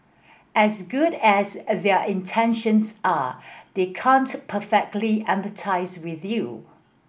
as good as a their intentions are they can't perfectly empathise with you